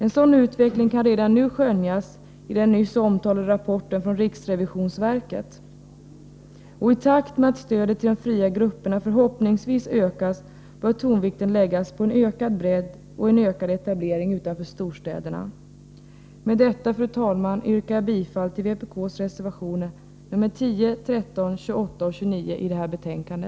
En sådan utveckling kan redan nu skönjas i den nyss omtalade rapporten från riksrevisionsverket. I takt med att stödet till de fria grupperna förhoppningsvis ökas bör tonvikten läggas på en ökad bredd och en ökad etablering utanför storstäderna. Med detta, fru talman, yrkar jag bifall till vpk:s reservationer nr 10, 13, 28 och 29 i detta betänkande.